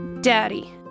daddy